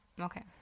Okay